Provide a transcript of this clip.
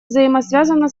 взаимосвязана